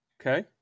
Okay